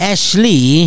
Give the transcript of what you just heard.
Ashley